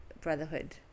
brotherhood